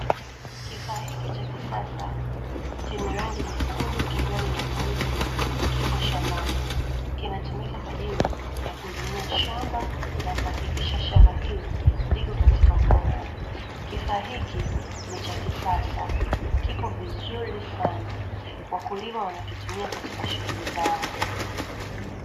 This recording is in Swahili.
Kifaa hiki cha kisasa chenye rangi nyekundu, kijani na nyeusi kipo shambani, kinatumika kwaajili ya kulimia shamba na kuhakikisha shamba hili liko katika ubora. Kifaa hiki ni cha kisasa kipo vizuri sana wakulima wanakitumia katika shughuli zao.